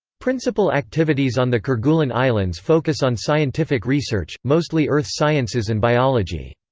principal activities on the kerguelen islands focus on scientific research mostly earth sciences and biology.